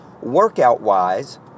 Workout-wise